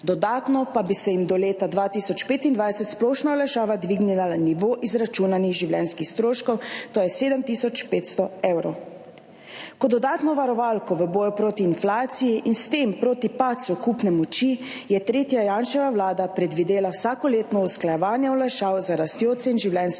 dodatno pa bi se jim do leta 2025 splošna olajšava dvignila na nivo izračunanih življenjskih stroškov, to je 7 tisoč 500 evrov. Kot dodatno varovalko v boju proti inflaciji in s tem proti padcu kupne moči je tretja Janševa vlada predvidela vsakoletno usklajevanje olajšav za rastjo cen življenjskih